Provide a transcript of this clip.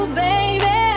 baby